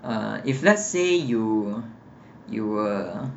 if let's say you uh you were